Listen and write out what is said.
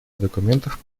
документов